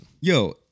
Yo